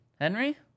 henry